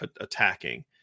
attacking